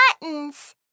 buttons